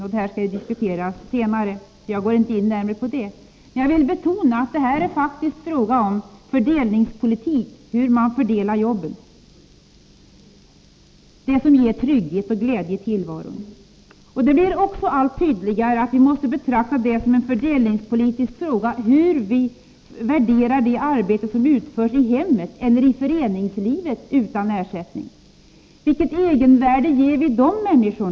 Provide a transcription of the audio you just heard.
Arbetslösheten skall diskuteras senare, så jag går inte närmre in på detta område. Men jag vill betona, att detta faktiskt rör sig om fördelningspolitik — hur man fördelar jobben, det som ger trygghet och glädje i tillvaron. Det blir också allt tydligare att vi måste betrakta det som en fördelningspolitisk fråga hur vi värderar det arbete som utförs i hemmet eller i föreningslivet utan ersättning. Vilket egenvärde ger vi dessa människor?